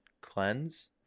cleanse